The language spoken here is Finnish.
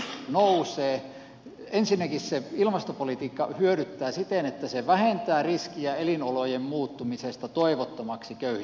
ensinnäkin se ilmastopolitiikka hyödyttää siten että se vähentää riskiä elinolojen muuttumisesta toivottomiksi köyhissä maissa